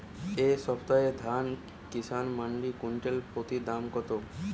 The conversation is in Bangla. এই সপ্তাহে ধান কিষান মন্ডিতে কুইন্টাল প্রতি দাম কত?